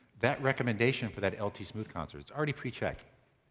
that recommendation for that lt smooth concert, it's already pre-checked.